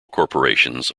corporations